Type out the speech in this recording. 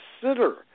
consider